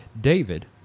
David